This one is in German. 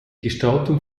gestaltung